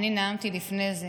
אני נאמתי לפני זה